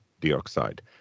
dioxide